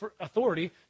authority